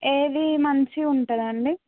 ఏది మంచిగా ఉంటుంది